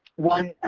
one,